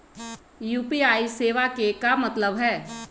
UPI सेवा के का मतलब है?